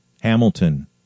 Hamilton